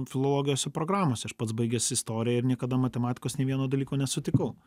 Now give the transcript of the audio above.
filologijos programose aš pats baigęs istoriją ir niekada matematikos nei vieno dalyko nesutikau